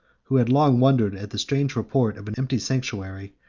who had long wondered at the strange report of an empty sanctuary,